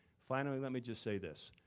finally, let me just say this.